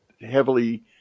heavily